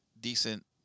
decent